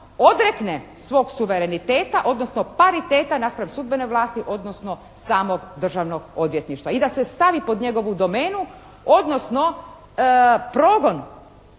odrekne svog suvereniteta, odnosno pariteta naspram sudbene vlasti odnosno samog Državnog odvjetništva i da se stavi pod njegovu domenu. Odnosno, progon